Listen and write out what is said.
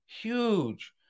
huge